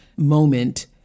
moment